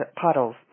puddles